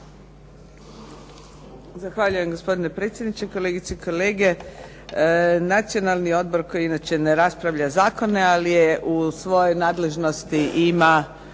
Zahvaljujem. Gospodine predsjedniče, kolegice i kolege. Nacionalni odbor, koji inače ne raspravlja zakone, ali u svojoj nadležnosti ima